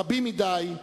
רבים מדי,